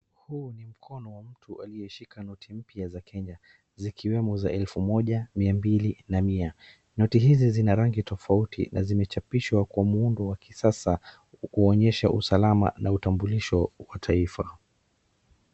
Huu ni mkono wa mtu aliyeshika noti mpya za Kenya zikiwemo za elfu moja, mia mbili na mia. Noti hizi zina rangi tofauti na zimechapishwa ka muundo wa kisasa kuonyesha usalama na utambulisho wa taifa.